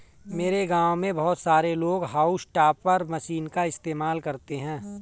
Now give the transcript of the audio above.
मेरे गांव में बहुत सारे लोग हाउस टॉपर मशीन का इस्तेमाल करते हैं